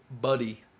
buddy